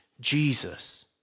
Jesus